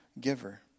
giver